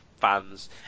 fans